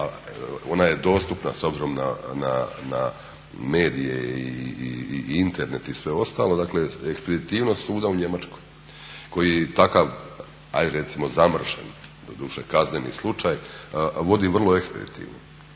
ona je dostupna s obzirom na medije i Internet i sve ostalo, dakle ekspeditivnost suda u Njemačkoj koji takav ajde recimo zamršen, doduše kazneni slučaj, vodi vrlo ekspeditivno